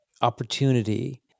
opportunity